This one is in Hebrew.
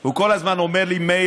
הוא כל הזמן אומר לי: מאיר,